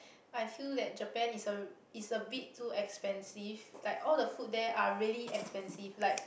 I feel that Japan is a is a bit too expensive like all the food there are really expensive like